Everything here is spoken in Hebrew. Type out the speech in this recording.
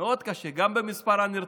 מאוד קשה, גם במספר הנרצחים.